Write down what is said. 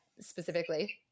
specifically